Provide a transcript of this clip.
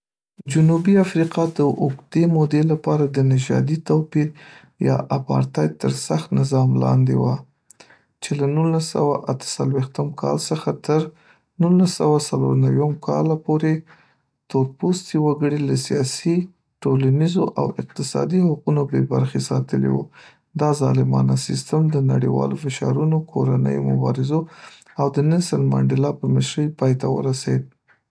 جنوبی افریقا د اوږدې مودې لپاره د نژادي توپیر یا اپارتهاید تر سخت نظام لاندې وه، چې له نولس سوه اته څوليښتم کال څخه تر نولس سوه څلور نوویم کاله پورې یې تورپوستي وګړي له سیاسي، ټولنیزو او اقتصادي حقونو بې برخې ساتلي وو. دا ظالمانه سیستم د نړیوالو فشارونو، کورنیو مبارزو، او د نلسن منډیلا په مشرۍ پای ته ورسېد.